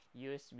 USB